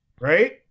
right